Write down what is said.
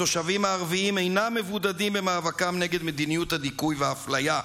התושבים הערבים אינם מבודדים במאבקם נגד מדיניות הדיכוי והאפליה.